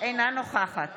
אינה נוכחת